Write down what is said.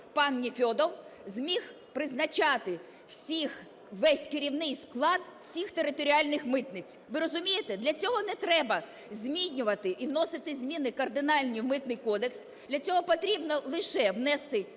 пан Нефьодов зміг призначати весь керівний склад всіх територіальних митниць. Ви розумієте? Для цього не треба змінювати і вносити зміни кардинальні в Митний кодекс. Для цього потрібно лише внести зміни